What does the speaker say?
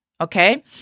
okay